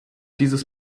dieses